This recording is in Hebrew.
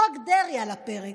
חוק דרעי על הפרק.